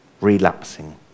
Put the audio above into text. relapsing